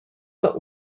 but